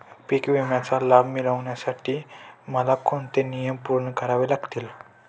पीक विम्याचा लाभ मिळण्यासाठी मला कोणते नियम पूर्ण करावे लागतील?